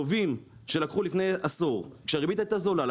לוויים שלקחו לפני עשור כשהריבית הייתה זולה,